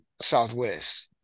Southwest